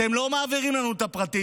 אתם לא מעבירים לנו את הפרטים.